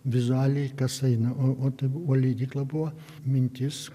vizualiai kas eina o o tai buvo leidykla buvo mintis